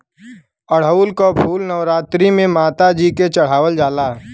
अढ़ऊल क फूल नवरात्री में माता जी के चढ़ावल जाला